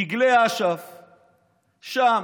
דגלי אש"ף שם,